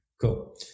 Cool